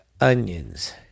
onions